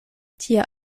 tia